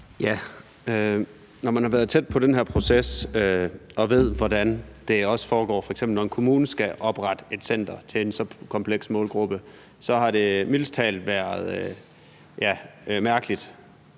Når man har været tæt på den her proces og ved, hvordan det foregår, når f.eks. en kommune skal oprette et center til en så kompleks målgruppe, så har det mildest talt været mærkeligt